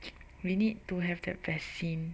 we need to have the vaccine